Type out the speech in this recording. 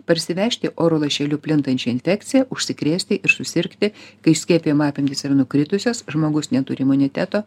parsivežti oro lašeliu plintančią infekciją užsikrėsti ir susirgti kai skiepijimo apimtys yra nukritusios žmogus neturi imuniteto